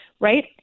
right